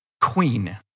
queen